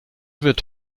wird